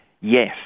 yes